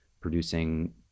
producing